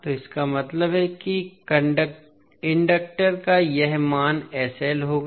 तो इसका मतलब है कि इंडक्टर का यह मान होगा